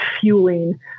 fueling